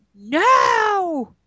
no